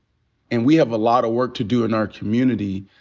and we have a lot of work to do in our community.